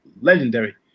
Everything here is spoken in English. legendary